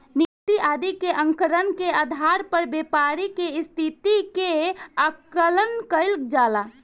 Nifty आदि के आंकड़न के आधार पर व्यापारि के स्थिति के आकलन कईल जाला